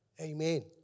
Amen